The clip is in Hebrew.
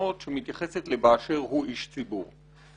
המתנות שמתייחסת ל'באשר הוא איש ציבור'.